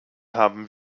haben